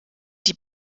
die